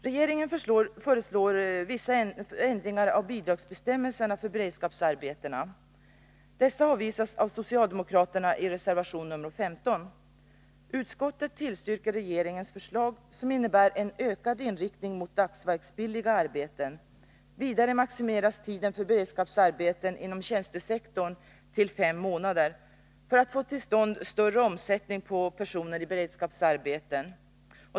Regeringen föreslår vissa ändringar av bidragsbestämmelserna för beredskapsarbeten. Dessa avvisas av socialdemokraterna i reservation 15. Utskottet tillstyrker regeringens förslag, som innebär en ökad inriktning mot dagsverksbilliga arbeten. Vidare maximeras tiden för beredskapsarbeten inom tjänstesektorn till fem månader för att få till stånd större omsättning på personer i beredskapsarbeten.